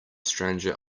stranger